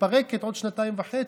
מתפרקת עוד שנתיים וחצי.